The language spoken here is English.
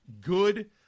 good